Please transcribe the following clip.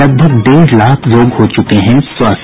लगभग डेढ़ लाख लोग हो चुके हैं स्वस्थ